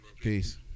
Peace